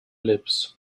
lips